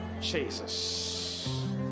Jesus